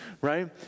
right